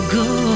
go